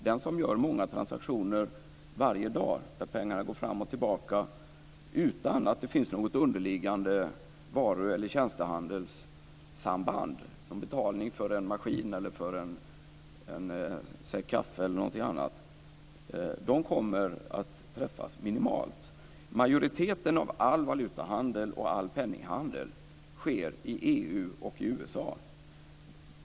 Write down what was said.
Den som gör många transaktioner varje dag där pengarna går fram och tillbaka utan att det finns något underliggande varu eller tjänstehandelssamband - det kan vara en betalning för en maskin, en säck kaffe eller någonting annat - kommer att träffas minimalt. Majoriteten av all valutahandel och all penninghandel sker i EU och i USA.